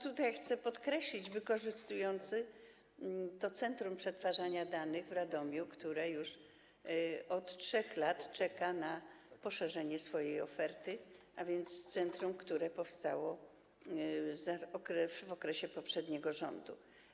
Tutaj chcę podkreślić, że wykorzystuje się centrum przetwarzania danych w Radomiu, które już od 3 lat czeka na poszerzenie swojej oferty, a więc centrum, które powstało za poprzedniego rządu.